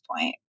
point